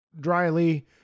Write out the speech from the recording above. dryly